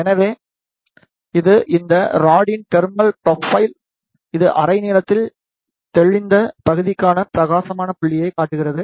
எனவே இது இந்த ராடின் தெர்மல் ப்ரொபைல் இது அரை நீளத்தில் நெளிந்த பகுதிக்கான பிரகாசமான புள்ளிகளைக் காட்டுகிறது